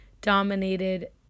dominated